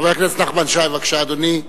חבר הכנסת נחמן שי, בבקשה, אדוני,